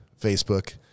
Facebook